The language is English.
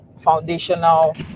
foundational